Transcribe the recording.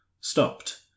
stopped